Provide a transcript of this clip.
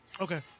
Okay